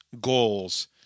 goals